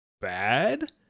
bad